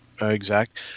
exact